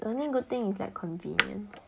the only good things like convenience